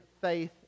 faith